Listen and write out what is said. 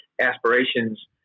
aspirations